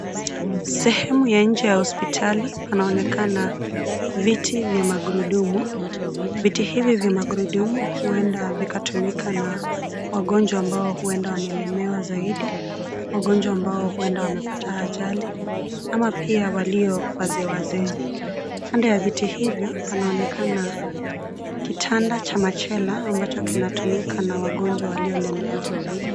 Sehemu ya nje ya hospitali, panaonekana viti vya magurudumu. Viti hivi vya magrudumu, huenda vikatumika na wagonjwa ambao huenda wamelemewa zaidi, wagonjwa ambao huenda wamepata ajali, ama pia walio, wazee wazee. Kando ya viti hivyo, panaonekana, kitanda cha machela, ambacho kinatumika na wagonjwa waliolemewa.